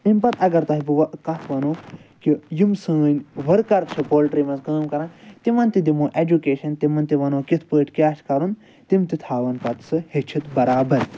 اَمہِ پَتہٕ ییٚلہِ تۄہہِ بہٕ وۄنۍ کَتھ وَنو کہِ یِم سٲنۍ ؤرکَر چھِ پولٹری مَنٛز کٲم کَران تِمَن تہِ دِمو ایٚجُکیشَن تِمَن تہِ وَنو کِتھ پٲٹھۍ کیاہ چھُ کَرُن تِم تہِ تھاوَن پَتہٕ سُہ ہیٚچھِتھ بَرابَد